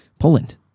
Poland